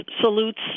salutes